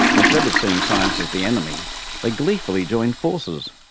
instead of seeing science as the enemy, they gleefully joined forces,